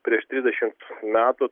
prieš trisdešimt metų